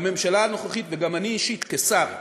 בממשלה וגם אני אישית כשר,